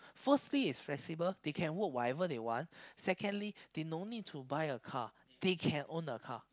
firstly is flexible they can work whatever they want secondly they no need to buy a car they can owe a car